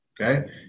Okay